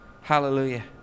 Hallelujah